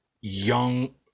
young